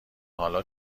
حالا